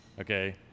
okay